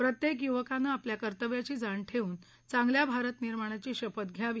प्रत्येक युवकानं आपल्या कर्तव्याची जाण ठेवून चांगल्या भारत निर्माणाची शपथ घ्यावी